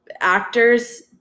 Actors